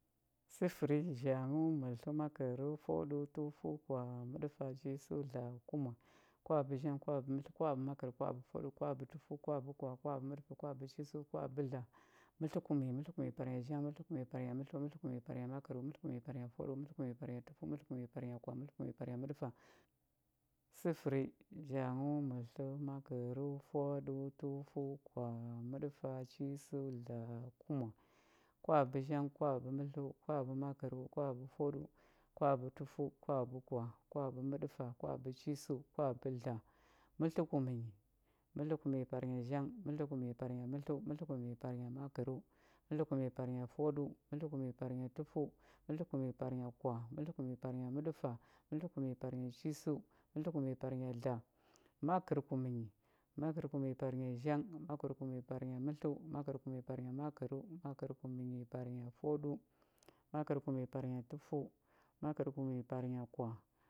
Sifəri zhanghəu mətləu makərəu fwaɗəu tufəu kwah məɗəfa chisəu dləa kuma kwabəzhang kwabəmətləu kwabəmakərəu kwabəfwaɗəu kwabətufəu kwabəkwah kwabəməɗəfa kwabəchisəu kwabədləa mətləkumnyi mətləkumnyi parnya zhang mətləkumnyi parnya mətlə mətləkumnyi parnya makərəu mətləkumnyi parnya fwaɗəu mətləkumnyi parnya tufəu mətləkumnyi parnya kwah mətləkumnyi parnya məɗəfa sifəri zhanghəu mətləu makərəu fwaɗəu tufəu kwah məɗəfa chisəu dləa kuma kwabəzhang kwabəmətləu kwabəmakərəu kwabəfwaɗəu kwabətufəu kwabəkwah kwabəməɗəfa kwabəchisəu kwabədləa mətləkumnyi mətləkumnyi parnya zhang mətləkumnyi parnya mətlə mətləkumnyi parnya makərəu mətləkumnyi parnya fwaɗəu mətləkumnyi parnya tufəu mətləkumnyi parnya kwah mətləkumnyi parnya məɗəfa mətləkumnyi parnya chisəu mətləkumnyi parnya dləa makərkumnyi makərkumnyi parnya zhang makərkumnyi parnya mətləu makərkumnyi parnya makərəu makərkumnyi parnya fwaɗəu makərkumnyi parnya tufəu makərkumnyi parnya kwah